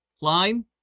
Line